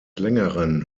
längeren